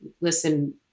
listen